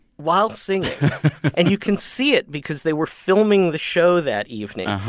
while singing and you can see it because they were filming the show that evening.